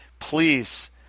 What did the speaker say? Please